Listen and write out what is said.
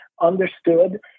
understood